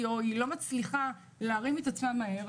או שאינה מצליחה להרים את עצמה מהר,